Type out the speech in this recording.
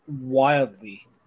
wildly